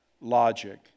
logic